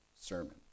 sermon